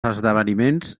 esdeveniments